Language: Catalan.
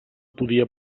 podia